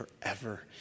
Forever